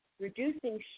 reducing